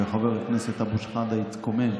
וחבר הכנסת אבו שחאדה התקומם,